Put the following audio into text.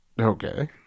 Okay